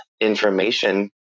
information